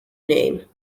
name